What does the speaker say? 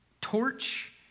torch